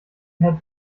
had